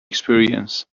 experience